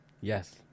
Yes